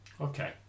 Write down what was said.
Okay